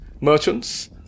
merchants